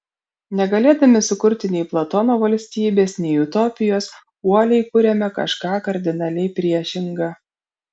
negalėdami sukurti nei platono valstybės nei utopijos uoliai kuriame kažką kardinaliai priešinga